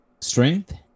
Strength